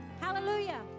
Hallelujah